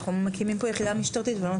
אנחנו מקימים פה יחידה משטרתית ולמעשה לא